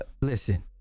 listen